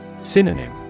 Synonym